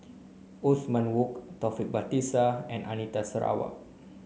Othman Wok Taufik Batisah and Anita Sarawak